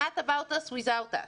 Not about us without us.